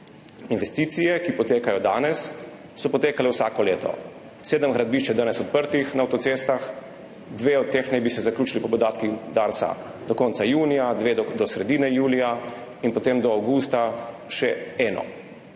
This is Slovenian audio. Investicije, ki potekajo danes, so potekale vsako leto. Sedem gradbišč je danes odprtih na avtocestah, dve od teh naj bi se zaključili po podatkih Darsa do konca junija, dve do sredine julija in potem do avgusta še eno.